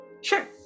Sure